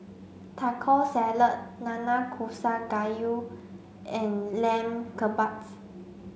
Taco Salad Nanakusa Gayu and Lamb Kebabs